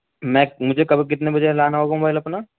میں مجھے کب اور کتنے بجے لانا ہوگا موبائل اپنا